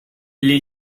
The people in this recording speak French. les